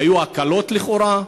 היו הקלות לכאורה.